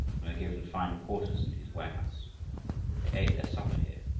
and were given fine quarters in his warehouse. they ate their supper here,